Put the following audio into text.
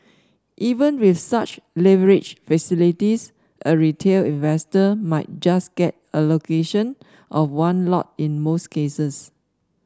even with such leverage facilities a retail investor might just get allocation of one lot in most cases